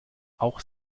auch